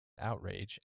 outrage